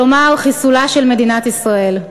כלומר, חיסולה של מדינת ישראל.